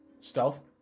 Stealth